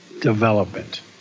development